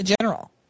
general